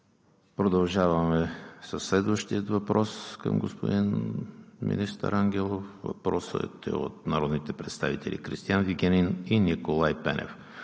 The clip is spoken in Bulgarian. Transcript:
Продължаваме със следващия въпрос към господин министър Ангелов. Въпросът е от народните представители Кристиан Вигенин и Николай Пенев